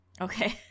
Okay